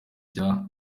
cya